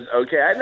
okay